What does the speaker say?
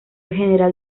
general